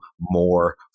more